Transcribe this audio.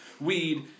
weed